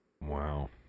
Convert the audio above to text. Wow